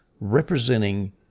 representing